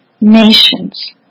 nations